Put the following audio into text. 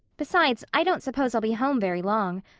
besides, i don't suppose i'll be home very long.